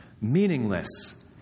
meaningless